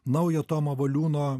naują tomo valiūno